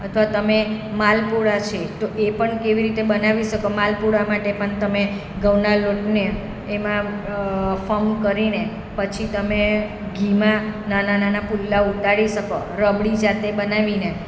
અથવા તમે માલપૂળા છે તો એ પણ કેવી રીતે બનાવી શકો એ માલપૂળા માટે પણ તમે ઘઉના લોટને એમાં ફર્મ કરીને પછી તમે ઘીમા નાના નાના પુડલા ઉતારી શકો રબડી જાતે બનાવીને